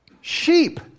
Sheep